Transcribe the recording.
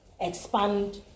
expand